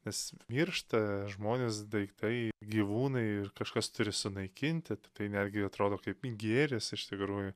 nes miršta žmonės daiktai gyvūnai ir kažkas turi sunaikinti tai netgi atrodo kaip į gėris iš tikrųjų